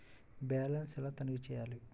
Balance ఎలా తనిఖీ చేయాలి?